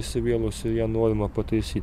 įsivėlusi ir ją norima pataisyt